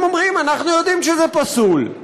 הם אומרים: אנחנו יודעים שזה פסול,